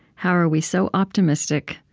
how are we so optimistic,